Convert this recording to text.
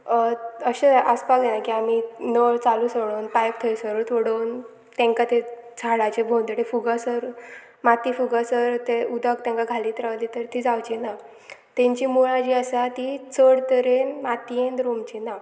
अशें आसपाक जायना की आमी नळ चालू सोडून पायप थंयसरूत सोडून तांकां तें झाडाचे भोंवतणी फुगासर माती फुगासर तें उदक तांकां घालीत रावली तर ती जावची ना तांची मुळां जी आसा ती चड तरेन मातयेंत रोमची ना